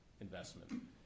investment